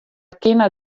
kinne